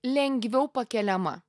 lengviau pakeliama